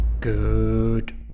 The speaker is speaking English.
Good